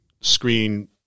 screen